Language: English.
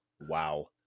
Wow